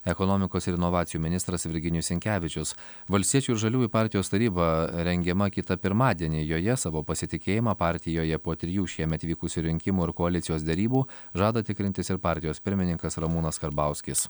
ekonomikos ir inovacijų ministras virginijus sinkevičius valstiečių ir žaliųjų partijos taryba rengiama kitą pirmadienį joje savo pasitikėjimą partijoje po trijų šiemet vykusių rinkimų ir koalicijos derybų žada tikrintis ir partijos pirmininkas ramūnas karbauskis